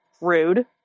rude